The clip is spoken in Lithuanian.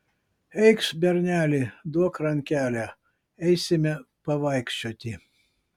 eikš berneli duok rankelę eisime pavaikščioti